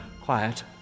quiet